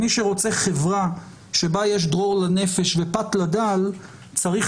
מי שרוצה חברה שבה יש דרור לנפש ופת לדל צריך